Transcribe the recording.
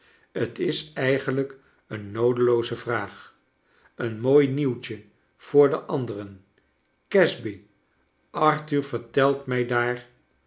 t is eigenkjk een noodelooze vraag een mooi nieuwtje voor de anderen casby arthur vertelt mij daar